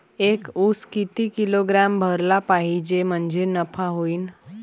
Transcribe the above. एक उस किती किलोग्रॅम भरला पाहिजे म्हणजे नफा होईन?